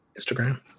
Instagram